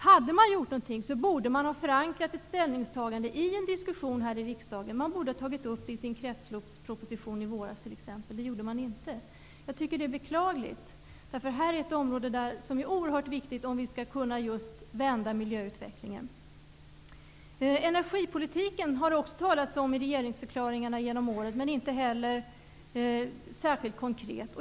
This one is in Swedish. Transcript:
Hade den gjort någonting, borde den ha förankrat sitt ställningstagande i en diskussion här i riksdagen. Regeringen borde ha tagit upp det i sin kretsloppsproposition i våras, t.ex. Det gjorde den inte. Jag tycker att det är beklagligt, därför att här är ett område som är oerhört viktigt om vi skall kunna vända miljöutvecklingen. Energipolitiken har det talats om i regeringsförklaringarna genom åren men inte heller särskilt konkret.